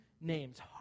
names